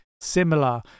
similar